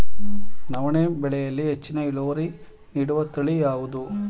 ನವಣೆ ಬೆಳೆಯಲ್ಲಿ ಹೆಚ್ಚಿನ ಇಳುವರಿ ನೀಡುವ ತಳಿ ಯಾವುದು?